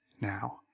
now